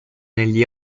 negli